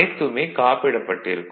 அனைத்துமே காப்பிடப்பட்டிருக்கும்